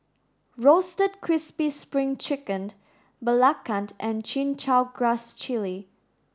roasted crispy spring chicken Belacan and Chin Chow Grass Jelly